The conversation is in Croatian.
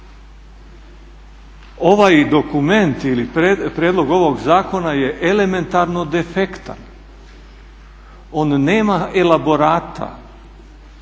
Ovaj dokument ili prijedlog ovog zakona je elementarno defektan. On nema elaborata,